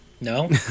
no